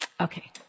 Okay